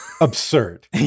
Absurd